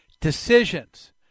decisions